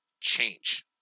change